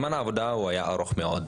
זמן העבודה על התחקיר הזה היה ארוך מאוד,